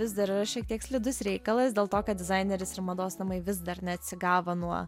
vis dar yra šiek tiek slidus reikalas dėl to kad dizaineris ir mados namai vis dar neatsigavo nuo